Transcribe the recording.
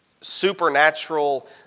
supernatural